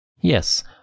Yes